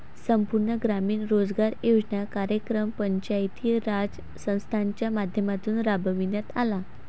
संपूर्ण ग्रामीण रोजगार योजना कार्यक्रम पंचायती राज संस्थांच्या माध्यमातून राबविण्यात आला